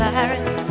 Paris